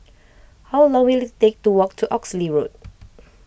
how long will it take to walk to Oxley Road